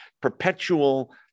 perpetual